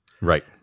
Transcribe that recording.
right